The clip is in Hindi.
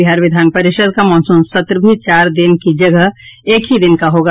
बिहार विधान परिषद का मॉनूसन सत्र भी चार दिन की जगह एक ही दिन का होगा